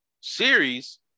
series